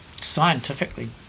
scientifically